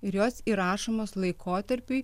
ir jos įrašomos laikotarpiui